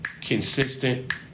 consistent